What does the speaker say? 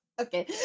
okay